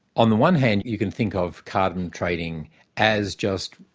on the one hand, you can think of carbon trading as just,